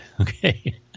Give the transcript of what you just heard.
Okay